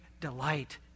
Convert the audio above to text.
delight